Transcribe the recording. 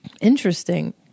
Interesting